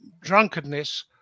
drunkenness